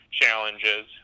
challenges